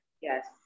yes